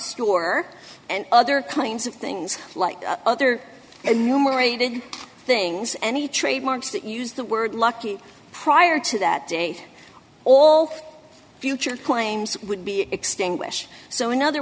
store and other one kinds of things like other and numerated things any trademarks that use the word lucky prior to that date all future claims would be extinguished so in other